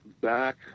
back